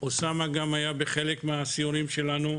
גם אוסמה היה בחלק מהסיורים שלנו.